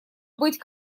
быть